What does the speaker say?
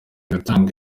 gutanga